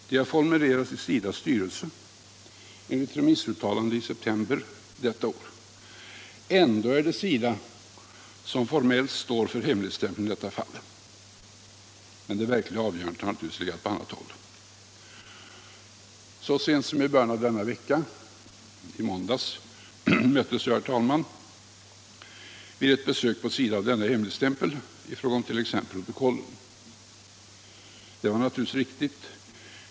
De har formulerats i SIDA:s styrelse enligt remissutlåtande i september detta år. Ändå är det SIDA som formellt står för hemligstämpeln i detta fall — men verkliga avgörandet har givetvis legat på annat håll. Så sent som i början av denna vecka — i måndags — möttes jag, herr talman, vid ett besök på SIDA av denna hemligstämpel i fråga om t.ex. protokollen. Det var naturligtvis riktigt.